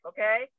Okay